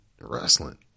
wrestling